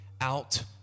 out